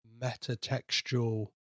meta-textual